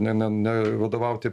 ne ne ne vadovauti